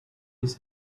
his